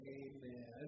amen